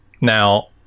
now